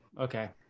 Okay